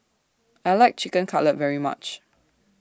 I like Chicken Cutlet very much